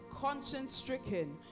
conscience-stricken